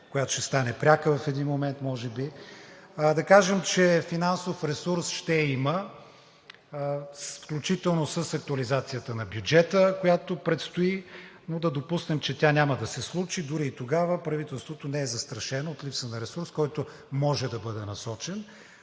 която ще стане пряка в един момент може би, да кажем, че финансов ресурс ще има, включително с актуализацията на бюджета, която предстои, но да допуснем, че тя няма да се случи. Дори и тогава правителството не е застрашено от липса на ресурс, който може да бъде насочен.